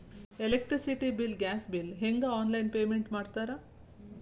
electricity bill gas bill ಹೆಂಗ online payment ಮಾಡ್ತಾರಾ